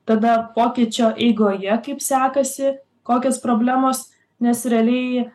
tada pokyčio eigoje kaip sekasi kokios problemos nes realiai